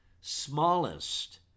smallest